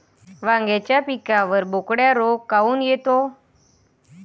वांग्याच्या पिकावर बोकड्या रोग काऊन येतो?